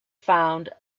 found